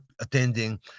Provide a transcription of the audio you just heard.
attending